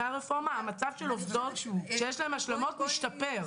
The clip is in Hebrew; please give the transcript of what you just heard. המצב של עובדות שיש להן השלמות משתפר.